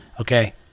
Okay